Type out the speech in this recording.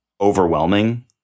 overwhelming